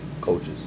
coaches